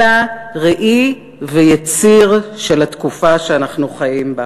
אלא הוא ראי ויציר של התקופה שאנחנו חיים בה.